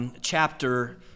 chapter